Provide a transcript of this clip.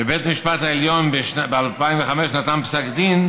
ובית המשפט העליון נתן ב-2005 פסק דין,